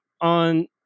on